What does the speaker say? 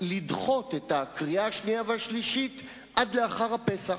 כי אני שוכח בשעה כזאת.